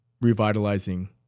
revitalizing